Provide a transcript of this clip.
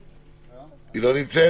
היא לא נמצאת?